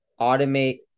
automate